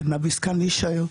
קנאביס כאן להישאר,